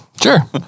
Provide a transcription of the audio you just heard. Sure